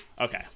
Okay